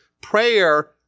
Prayer